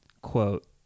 quote